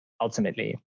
ultimately